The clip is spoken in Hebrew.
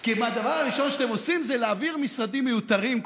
כי הדבר הראשון שאתם עושים זה להעביר משרדים מיותרים.